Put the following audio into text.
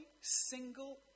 single